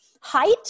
Height